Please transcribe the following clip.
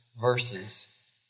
verses